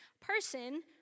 person